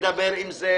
לדבר עם זה,